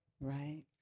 Right